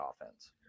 offense